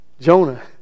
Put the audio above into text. Jonah